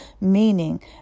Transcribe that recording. meaning